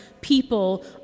people